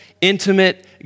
intimate